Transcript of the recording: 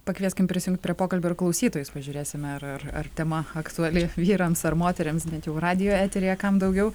pakvieskim prisijungt prie pokalbio ir klausytojus pažiūrėsime ar ar ar tema aktuali vyrams ar moterims bent jau radijo eteryje kam daugiau